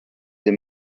they